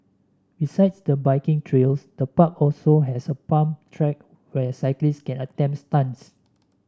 besides the biking trails the park also has a pump track where cyclists can attempt stunts